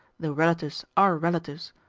though relatives are relatives,